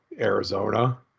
Arizona